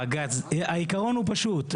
העקרון הוא פשוט.